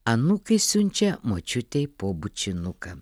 anūkai siunčia močiutei po bučinuką